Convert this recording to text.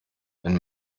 wenn